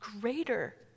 greater